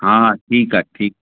हा हा ठीकु आहे ठीकु